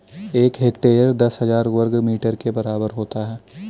एक हेक्टेयर दस हजार वर्ग मीटर के बराबर होता है